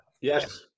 Yes